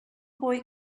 boy